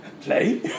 Play